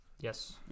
Yes